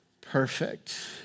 perfect